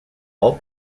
all